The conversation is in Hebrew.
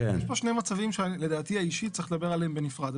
יש פה שני מצבים שלדעתי האישית צריך לדבר עליהם בנפרד.